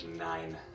Nine